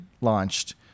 launched